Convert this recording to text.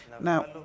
Now